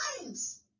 times